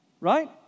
Right